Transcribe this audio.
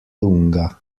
lunga